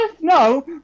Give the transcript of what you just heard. No